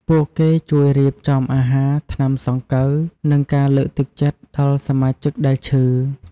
ពួកគេជួយរៀបចំអាហារ ថ្នាំសង្កូវ និងការលើកទឹកចិត្តដល់សមាជិកដែលឈឺ។